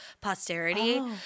posterity